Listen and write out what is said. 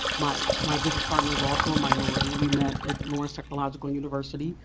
my my business partner is also a minority. we met at morris technological university.